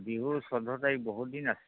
বিহুৰ চৈধ্য তাৰিখ বহুত দিন আছে